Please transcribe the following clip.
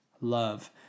love